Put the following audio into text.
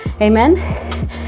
Amen